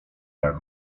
jak